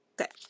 Okay